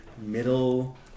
middle